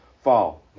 fall